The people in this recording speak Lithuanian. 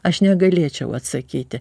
aš negalėčiau atsakyti